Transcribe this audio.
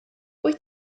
wyt